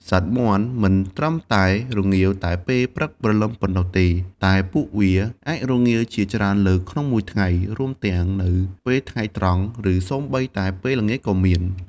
សត្វមាន់មិនត្រឹមតែរងាវតែពេលព្រឹកព្រលឹមប៉ុណ្ណោះទេ តែពួកវាអាចរងាវជាច្រើនលើកក្នុងមួយថ្ងៃ រួមទាំងនៅពេលថ្ងៃត្រង់ ឬសូម្បីតែពេលល្ងាចក៏មាន។